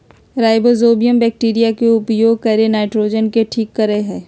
rhizobium bacteria के उपयोग करके नाइट्रोजन के ठीक करेय हइ